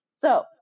So-